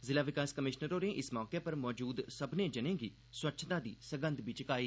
जिला विकास कमिशनर होरें इस मौके पर मौजूदा सब्मनें जनें गी स्वच्छता दी सगंध बी चकाई